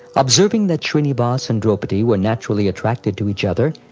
observing that shrinivas and draupadi were naturally attracted to each other,